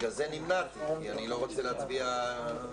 בגלל זה נמנעתי, כי אני לא רוצה להצביע בעד.